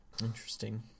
Interesting